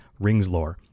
ringslore